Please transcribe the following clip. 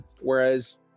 Whereas